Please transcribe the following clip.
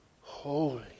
Holy